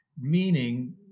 Meaning